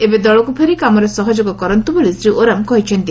ଏବେ ଦଳକୁ ଫେରି କାମରେ ସହଯୋଗ କରନ୍ତୁ ବୋଲି ଶ୍ରୀ ଓରାମ କହିଛନ୍ତି